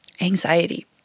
anxiety